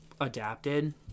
Adapted